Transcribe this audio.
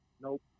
Nope